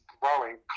Growing